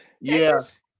Yes